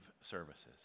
services